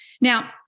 Now